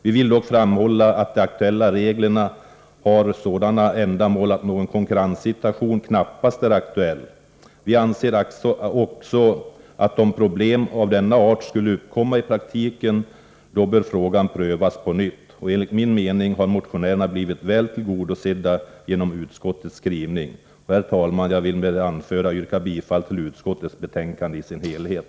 Vi vill dock framhålla att de aktuella reglerna har sådana ändamål att någon konkurrenssituation knappast är aktuell. Om problem av denna art skulle uppkomma i praktiken, bör frågan prövas på nytt. Enligt min mening har motionärerna blivit väl tillgodosedda genom utskottets skrivning. Herr talman! Jag vill med det anförda yrka bifall till utskottets hemställan i dess helhet.